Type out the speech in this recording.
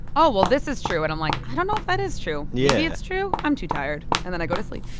oh, well this is true. and i'm like, i don't know if that is true. maybe yeah it's true. i'm too tired. and then i go to sleep